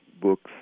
books